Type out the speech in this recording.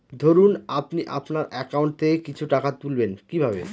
ধরুন আপনি আপনার একাউন্ট থেকে কিছু টাকা তুলবেন কিভাবে?